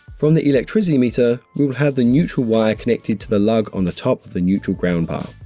from the electricity metre, we'll have the neutral wire connected to the lug on the top of the neutral ground bar.